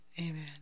Amen